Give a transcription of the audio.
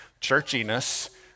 churchiness